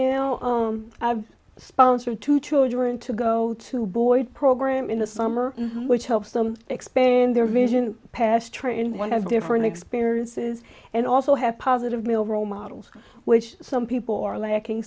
now i've sponsored two children to go to boyd program in the summer which helps them expand their vision past tryna have different experiences and also have positive male role models which some people are lacking